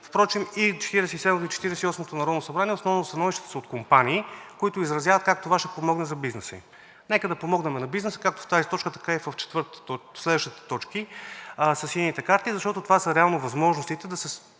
и в Четиридесет и осмото народно събрание основно становищата са от компании, които изразяват как това ще помогне за бизнеса им. Нека да помогнем на бизнеса както в тази, така и в следващите точки със сините карти. Защото това са реално възможностите да се